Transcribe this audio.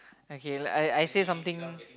okay I I say something